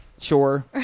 Sure